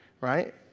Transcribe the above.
Right